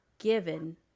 given